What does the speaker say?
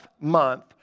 month